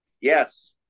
Yes